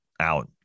out